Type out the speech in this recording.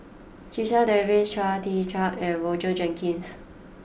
Checha Davies Chia Tee Chiak and Roger Jenkins